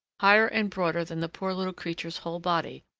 higher and broader than the poor little creature's whole body.